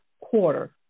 quarter